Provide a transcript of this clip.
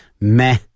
Meh